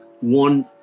one